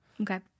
Okay